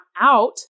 out